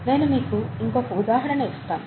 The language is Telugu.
నేను మీకు ఇంకొక ఉదాహరణ ఇస్తాను